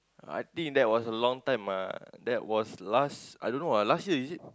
I think that was a long time ah that was last I don't know ah last year is it